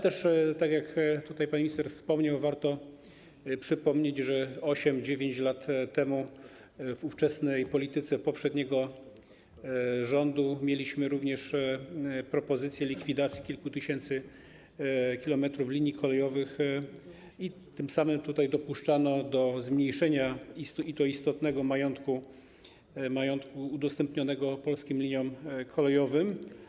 Tak jak tutaj pan minister wspomniał, warto też przypomnieć, że 8, 9 lat temu w ówczesnej polityce poprzedniego rządu mieliśmy również propozycję likwidacji kilku tysięcy kilometrów linii kolejowych i tym samym dopuszczano do zmniejszenia, i to istotnego, majątku udostępnionego Polskim Liniom Kolejowym.